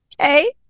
Okay